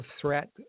threat